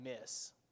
miss